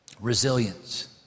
resilience